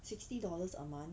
sixty dollars a month